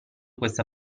questa